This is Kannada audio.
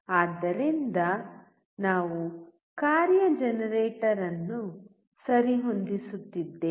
ಆದ್ದರಿಂದ ನಾವು ಕಾರ್ಯ ಜನರೇಟರ್ ಅನ್ನು ಸರಿಹೊಂದಿಸುತ್ತಿದ್ದೇವೆ